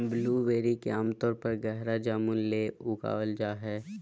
blueberry के आमतौर पर गहरा जामुन ले उगाल जा हइ